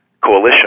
coalition